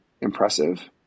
impressive